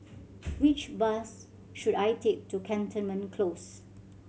which bus should I take to Cantonment Close